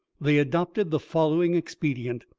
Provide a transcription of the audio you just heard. they adopted the following expedient.